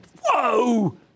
Whoa